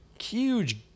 huge